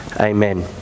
Amen